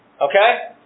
Okay